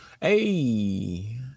Hey